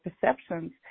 perceptions